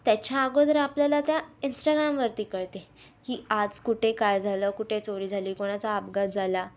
त्याच्याअगोदर आपल्याला त्या इंस्टाग्रामवरती कळते की आज कुठे काय झालं कुठे चोरी झाली कुणाचा अपघात झाला